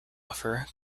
offer